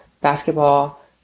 basketball